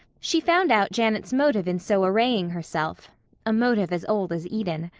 she found out janet's motive in so arraying herself a motive as old as eden.